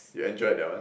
you enjoyed that one